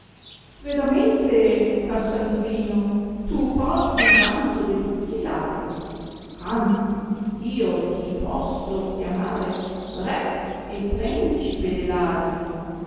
veramente cassandrino tu porti il vanto de tutti i ladri anzi io ti posso chiamare re e prencipe de ladri